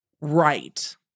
right